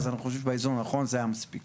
אז אנחנו חושבים שבאיזון הנכון זה המספיק.